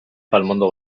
palmondo